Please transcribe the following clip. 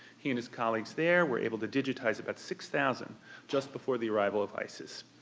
he and his colleagues there were able to digitize about six thousand just before the arrival of isis.